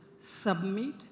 submit